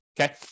Okay